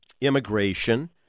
immigration